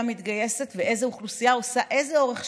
מתגייסת ואיזה אוכלוסייה עושה איזה אורך שירות,